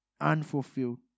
unfulfilled